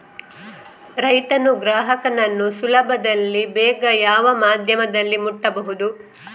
ರೈತನು ಗ್ರಾಹಕನನ್ನು ಸುಲಭದಲ್ಲಿ ಬೇಗ ಯಾವ ಮಾಧ್ಯಮದಲ್ಲಿ ಮುಟ್ಟಬಹುದು?